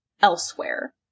elsewhere